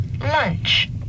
lunch